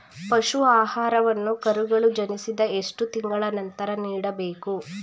ಪಶು ಆಹಾರವನ್ನು ಕರುಗಳು ಜನಿಸಿದ ಎಷ್ಟು ತಿಂಗಳ ನಂತರ ನೀಡಬೇಕು?